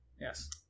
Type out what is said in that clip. Yes